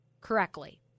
correctly